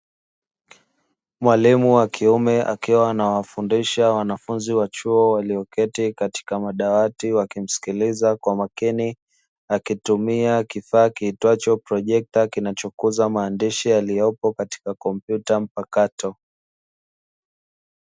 Mwalimu wa kiume akiwa anawafundisha wanafunzi wa chuo walioketi katika madawati wakimsikiliza kwa makini, akitumia kifaa kiitwacho projekta kinachokuza maandishi yaliyopo katika kompyuta mpakato.